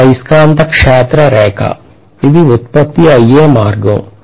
ఇది అయస్కాంత క్షేత్ర రేఖ అది ఉత్పత్తి అయ్యే మార్గం